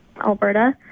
Alberta